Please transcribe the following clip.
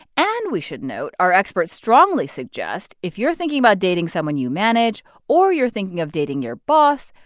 and we should note our experts strongly suggest if you're thinking about dating someone you manage or you're thinking of dating your boss,